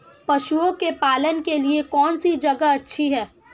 पशुओं के पालन के लिए कौनसी जगह अच्छी है?